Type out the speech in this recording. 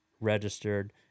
registered